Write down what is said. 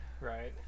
Right